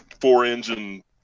four-engine